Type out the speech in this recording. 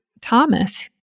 Thomas